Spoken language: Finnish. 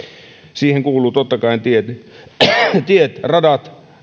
siihen kuuluvat totta kai tiet tiet radat